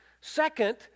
Second